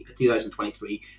2023